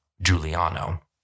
Giuliano